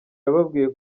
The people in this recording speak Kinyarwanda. yababwiye